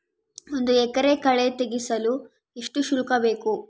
ಒಂದು ಎಕರೆ ಕಳೆ ತೆಗೆಸಲು ಎಷ್ಟು ಶುಲ್ಕ ಬೇಕು?